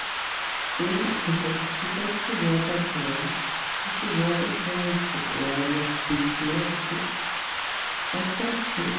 سۄ تور کھسِتھ چھِ تَتہِ چھِ واٹَر فال تہٕ سٔہ واٹَر فال چھِ واریاہ خوٗبصوٗرَت تہٕ تَتہِ پٮ۪ٹھ چھِ